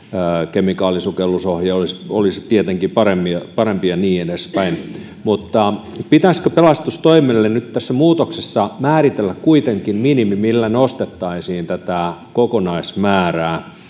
kemikaalisukellusohje olisi tietenkin parempi ja niin edespäin pitäisikö pelastustoimelle nyt tässä muutoksessa määritellä kuitenkin minimi millä nostettaisiin tätä kokonaismäärää